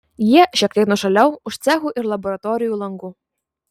jie šiek tiek nuošaliau už cechų ir laboratorijų langų